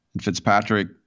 Fitzpatrick